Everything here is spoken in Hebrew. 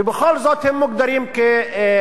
ובכל זאת הם מוגדרים כפולשים.